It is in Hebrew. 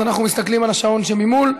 אז אנחנו מסכלים על השעון שממול,